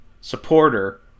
supporter